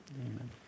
Amen